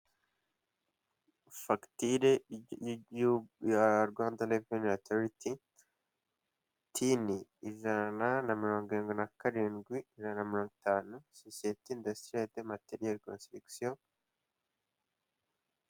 Fagitire y'igihugu ya Rwanda reveni otoriti, tini ijana mirongo irindwi na karindwi ijana na mirongo itanu, sosiyete indasitiriyeri de materiyeri konsitirigisiyo.